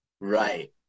Right